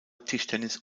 tischtennis